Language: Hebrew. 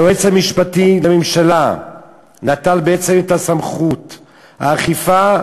היועץ המשפטי לממשלה נטל את סמכות האכיפה